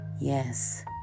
yes